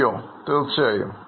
Curioതീർച്ചയായും